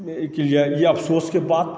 अफसोसके बात